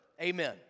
Amen